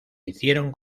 hicieron